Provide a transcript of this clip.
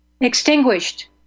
extinguished